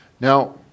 now